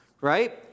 right